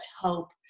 hope